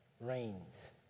rains